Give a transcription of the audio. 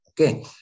Okay